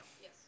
Yes